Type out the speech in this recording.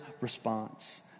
response